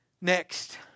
Next